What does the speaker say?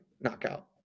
knockout